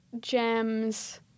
gems